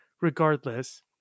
regardless